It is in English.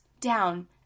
down